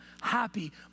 happy